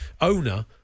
owner